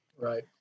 Right